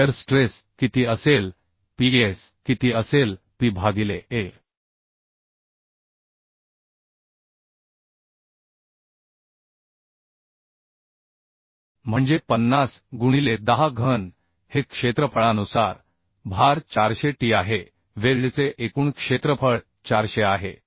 shear stress किती असेल Ps किती असेल P भागिले a म्हणजे 50 गुणिले 10 घन हे क्षेत्रफळानुसार भार 400t आहे वेल्डचे एकूण क्षेत्रफळ 400 आहे